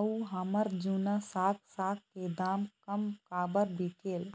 अऊ हमर जूना साग साग के दाम कम काबर बिकेल?